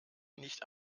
nicht